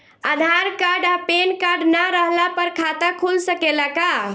आधार card आ PAN card ना रहला पर खाता खुल सकेला का?